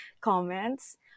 comments